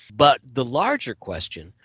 but the larger question,